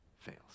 fails